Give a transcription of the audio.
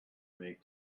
make